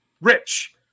Rich